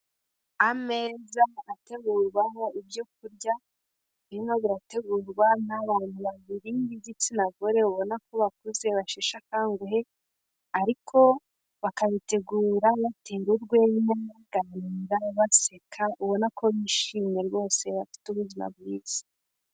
Ameza ategurwaho ibyo kurya, birimo birategurwa n'abantu babiri b'igitsina gore ubona ko bakuze basheshe akanguhe, ariko bakabitegura batera urwenya, baganira, baseka, ubona ko bishimye rwose bafite ubuzima bwiza.